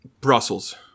Brussels